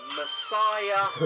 messiah